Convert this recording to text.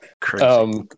crazy